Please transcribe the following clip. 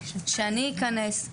שאני אכנס,